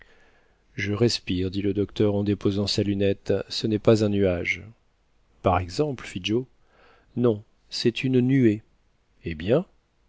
je respire dit le docteur en déposant sa lunette ce n'est pas un nuage par exemple fit joe non cest une nuée eh bien